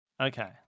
Okay